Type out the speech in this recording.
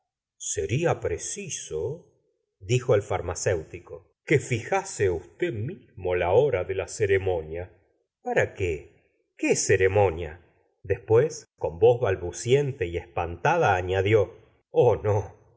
sala seria preciso dijo el farmacéutico que fija se usted mismo la hora de la ceremonia para qué qué ceremonia después con voz balbuciente y espantada añadió oh no